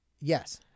Yes